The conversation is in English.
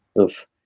Oof